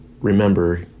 remember